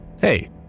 Hey